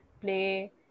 play